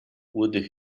would